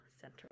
Center